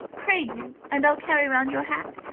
pray do, and i'll carry round your hat.